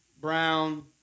brown